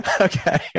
okay